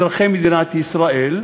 אזרחי מדינת ישראל,